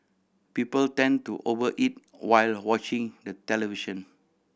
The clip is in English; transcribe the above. people tend to over eat while watching the television